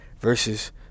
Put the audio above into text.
versus